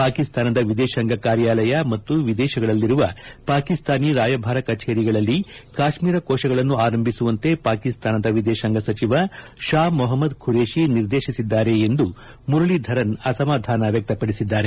ಪಾಕಿಸ್ತಾನದ ವಿದೇಶಾಂಗ ಕಾರ್ಯಾಲಯ ಮತ್ತು ವಿದೇಶಗಳಲ್ಲಿರುವ ಪಾಕಿಸ್ತಾನಿ ರಾಯಭಾರ ಕಚೇರಿಗಳಲ್ಲಿ ಕಾಶ್ಮೀರ ಕೋಶಗಳನ್ನು ಆರಂಭಿಸುವಂತೆ ಪಾಕಿಸ್ತಾನದ ವಿದೇಶಾಂಗ ಸಚಿವ ಶಾ ಮೊಹಮ್ದದ್ ಖುರೇಶಿ ನಿರ್ದೇಶಿಸಿದ್ದಾರೆ ಎಂದು ಮುರಳೀಧರನ್ ಅಸಮಾಧಾನ ವ್ಚಕ್ತಪಡಿಸಿದ್ದಾರೆ